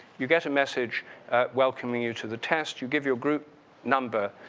you get a message welcoming you to the test. you give your group number,